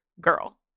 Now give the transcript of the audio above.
girl